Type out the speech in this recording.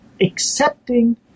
accepting